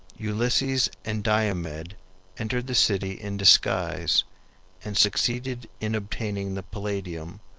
ulysses and diomed entered the city in disguise and succeeded in obtaining the palladium,